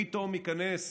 פתאום ייכנס,